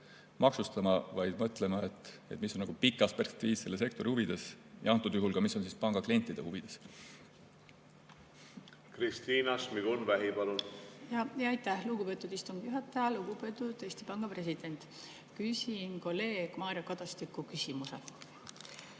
maksustama, vaid mõtlema, mis on pikas perspektiivis selle sektori huvides, antud juhul ka, mis on panga klientide huvides. Kristina Šmigun-Vähi, palun! Aitäh, lugupeetud istungi juhataja! Lugupeetud Eesti Panga president! Küsin kolleeg Mario Kadastiku küsimuse.